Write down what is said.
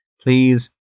please